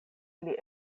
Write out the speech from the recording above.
ili